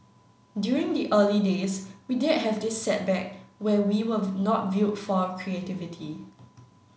during the early days we did have this setback where we were not viewed for our creativity